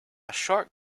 short